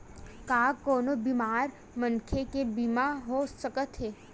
का कोनो बीमार मनखे के बीमा हो सकत हे?